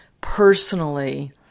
personally